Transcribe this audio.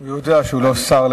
זה לא מחייב אותך, אדוני השר.